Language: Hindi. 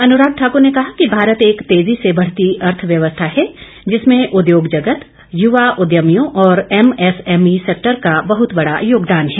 अनुराग ठाक्र ने कहा कि भारत एक तेजी बढ़ती अर्थव्यवस्था है जिसमें उद्योग जगत युवा उद्यमियों और एमएसएमई सेक्टर का बहुत बड़ा योगदान है